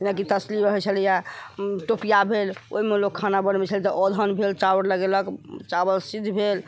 जेनाकि तसली होइ छलैए टोपिया भेल ओइमे लोक खाना बनबै छलै तऽ अधन भेल चाउर लगेलक चावल सिद्ध भेल